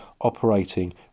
operating